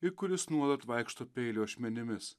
ir kuris nuolat vaikšto peilio ašmenimis